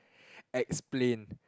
explain